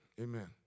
Amen